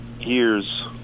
Years